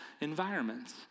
environments